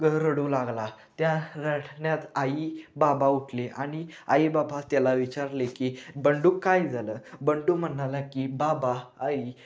ग रडू लागला त्या रडण्यात आई बाबा उठले आणि आई बाबा त्याला विचारले की बंडू काय झालं बंडू म्हणाला की बाबा आई